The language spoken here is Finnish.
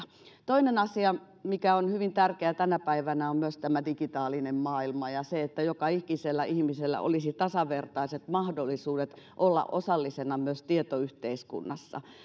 toinen asia mikä on hyvin tärkeä tänä päivänä on tämä digitaalinen maailma ja se että joka ikisellä ihmisellä olisi tasavertaiset mahdollisuudet olla osallisena myös tietoyhteiskunnassa